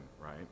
right